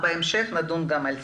בהמשך נדון גם על כך.